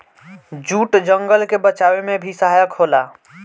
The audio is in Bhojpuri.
जूट जंगल के बचावे में भी सहायक होला